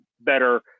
better